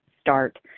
start